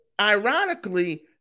ironically